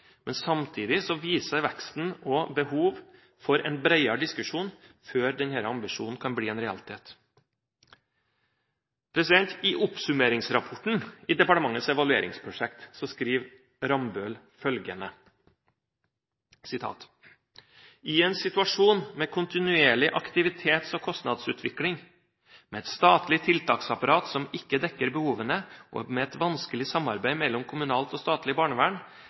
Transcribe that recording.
Samtidig viser veksten et behov for en bredere diskusjon før denne ambisjonen kan bli en realitet. I oppsummeringsrapporten i departementets evalueringsprosjekt skriver Rambøll følgende: «I en situasjon med kontinuerlig aktivitets- og kostnadsutvikling, med et statlig tiltaksapparat som ikke dekker behovene, og med et vanskelig samarbeid mellom kommunalt og statlig barnevern,